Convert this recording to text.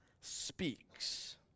speaks